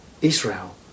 Israel